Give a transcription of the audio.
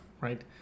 Right